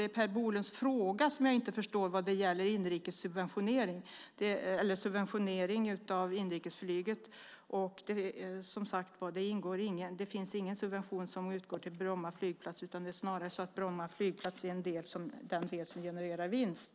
Det är Per Bolunds fråga som jag inte förstår vad gäller subventionering av inrikesflyg. Det finns som sagt ingen subvention som utgår till Bromma flygplats. Det är snarare så att Bromma flygplats är den del som genererar vinst.